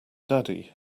daddy